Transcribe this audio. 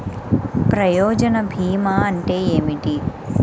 ప్రయోజన భీమా అంటే ఏమిటి?